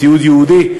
ציוד ייעודי.